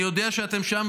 אני יודע שאתם שם,